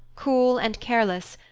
cool, and careless,